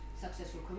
successful